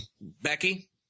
Becky